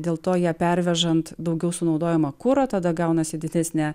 dėl to ją pervežant daugiau sunaudojama kuro tada gaunasi didesnė